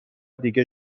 دیگه